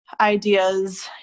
ideas